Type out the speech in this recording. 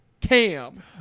cam